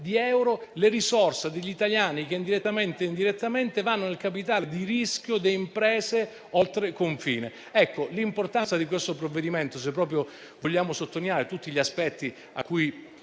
di euro - le risorse degli italiani che direttamente o indirettamente vanno nel capitale di rischio di imprese oltre confine. È questa l'importanza del provvedimento in esame, se proprio vogliamo sottolineare tutti gli aspetti a cui